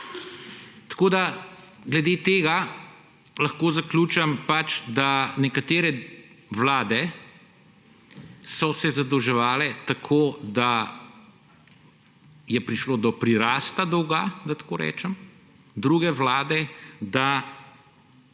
4,10 %. Glede tega lahko zaključim, da so se nekatere vlade zadolževale tako, da je prišlo do prirasta dolga, da tako rečem, druge vlade so